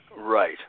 right